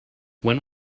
when